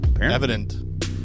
Evident